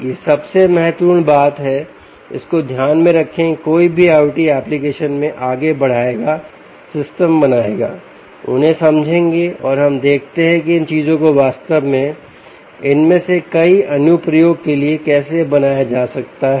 यह सबसे महत्वपूर्ण बात है इस को ध्यान में रखें कि कोई भी IOT एप्लिकेशन में आगे बढ़ाएगा सिस्टम बनेगा उन्हें समझेंगे और हम देखते हैं कि इन चीजों को वास्तव में इनमें से कई अनुप्रयोग के लिए कैसे बनाया जा सकता है